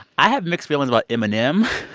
i have mixed feelings about eminem,